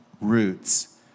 roots